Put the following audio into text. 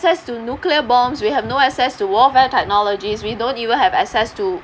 access to nuclear bombs we have no access to warfare technologies we don't even have access to